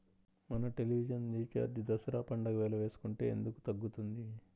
మన television recharge Dasara పండగ వేళ వేసుకుంటే ఎందుకు తగ్గుతుంది?